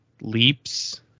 leaps